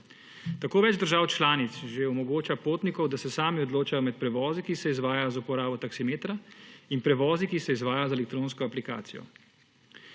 Tako več držav članic že omogoča potnikom, da se sami odločajo med prevozi, ki se izvajajo z uporabo taksimetra in prevozi, ki se izvajajo z elektronsko aplikacijo.